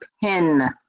pin